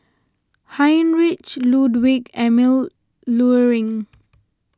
Heinrich Ludwig Emil Luering